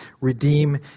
redeem